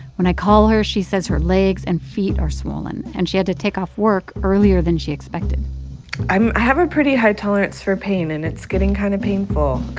when i call her, she says her legs and feet are swollen, and she had to take off work earlier than she expected i have a pretty high tolerance for pain, and it's getting kind of painful.